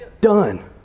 Done